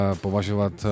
považovat